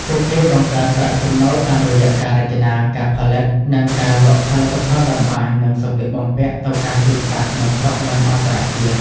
ពួកគេបង្កើតប្រាក់ចំណូលតាមរយៈការរចនា ការផលិត និងការលក់ផលិតផលតម្បាញ និងសម្លៀកបំពាក់ទៅកាន់ទីផ្សារក្នុងស្រុក និងអន្តរជាតិ ។